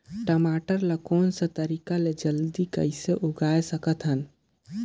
टमाटर ला कोन सा तरीका ले जल्दी कइसे उगाय सकथन?